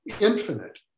infinite